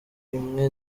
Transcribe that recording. imwe